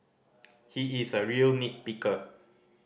he is a real nit picker